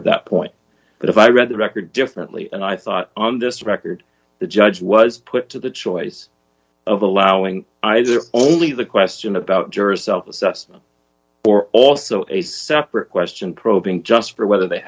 of that point but if i read the record differently and i thought on this record the judge was put to the choice of allowing either only the question about duracell's us or also a separate question probing just for whether they